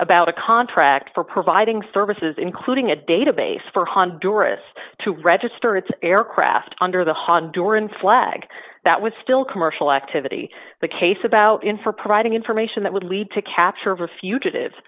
about a contract for providing services including a database for honduras to register its aircraft under the honduran flag that was still commercial activity the case about in for providing information that would lead to capture of a fugitive